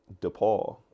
DePaul